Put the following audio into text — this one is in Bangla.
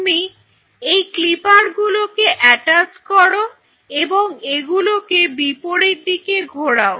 তুমি এই ক্লিপারগুলোকে অ্যাটাচ করো এবং এগুলোকে বিপরীত দিকে ঘোরাও